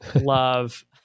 love